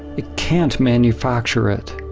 it can't manufacture it.